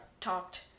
talked